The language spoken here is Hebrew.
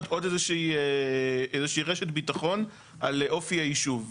עוד איזה שהיא רשת ביטחון על אופי היישוב.